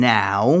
now